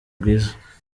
bwiza